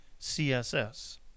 CSS